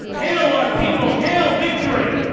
hail our people. hail victory.